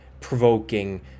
provoking